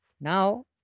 Now